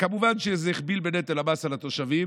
וכמובן שזה הכביד בנטל המס על התושבים.